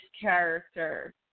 character